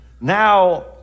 Now